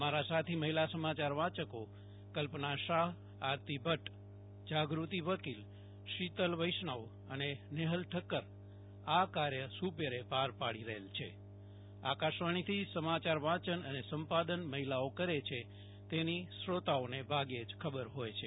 અમારા સાથી મહિલા સમાચાર વાંચકો કલ્પના શાહઆરતી ભદ્દ જાગૃતિ વકીલ શિતલ વૈષ્ણવ અને નેહલ ઠક્કર આ કાર્ય સુ પેરે પાર પાડી રહેલ છે આકાશવાણીથી સમાચાર વાંચન અને સંપાદન મહિલાઓ કરે છે તેની શ્રોતાઓને ભાગ્યેજ ખબર હોય છે